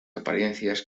apariencias